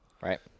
right